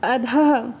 अधः